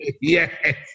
Yes